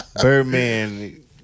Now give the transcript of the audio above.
Birdman